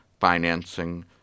financing